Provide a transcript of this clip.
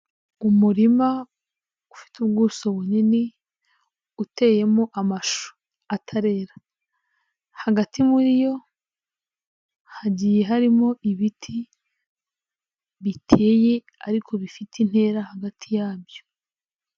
Umurima ufite ubuso bunini uteyemo amashu atarera, hagati muri yo hagiye harimo ibiti biteye ariko bifite intera hagati yabyo.